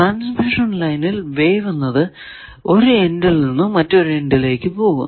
transmission ലൈനിൽ wave എന്നത് ഒരു എൻഡിൽ നിന്നും മറ്റൊരു എൻഡിലേക്കു പോകുന്നു